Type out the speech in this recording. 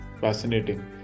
Fascinating